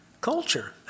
culture